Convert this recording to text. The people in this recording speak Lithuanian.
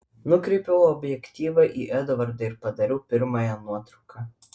nukreipiau objektyvą į edvardą ir padariau pirmąją nuotrauką